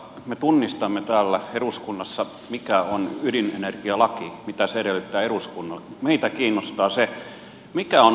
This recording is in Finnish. me tunnistamme täällä eduskunnassa mikä on ydinenergialaki mitä se edellyttää eduskunnalta mutta meitä kiinnostaa se mikä on hallituksen kanta